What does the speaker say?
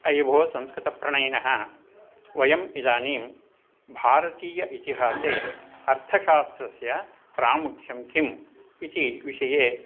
अयि भो संस्कृतप्रणयिनः वयम् इदानीं भारतीयेतिहासे अर्थशास्त्रस्य प्रामुख्यं किम् इति विषये